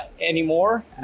Anymore